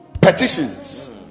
petitions